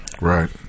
Right